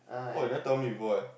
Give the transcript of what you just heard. oh you never tell me before eh